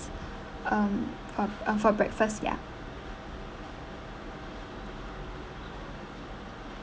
um uh oh for breakfast ya